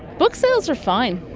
book sales are fine,